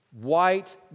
white